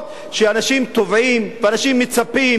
ואנשים מצפים ויש להם תקוות לפתרונות,